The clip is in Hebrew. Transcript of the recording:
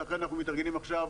ולכן אנחנו מתארגנים עכשיו